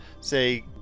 say